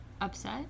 upset